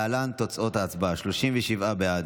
להלן תוצאות ההצבעה: 37 בעד,